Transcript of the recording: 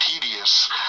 tedious